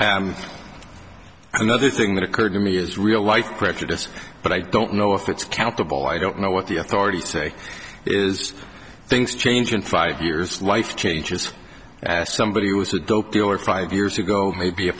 now another thing that occurred to me is real life prejudice but i don't know if it's countable i don't know what the authorities say is things change in five years life changes as somebody who was a dope dealer five years ago maybe a